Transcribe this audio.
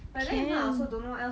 can